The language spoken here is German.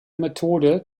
methode